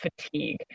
fatigue